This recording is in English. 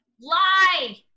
Lie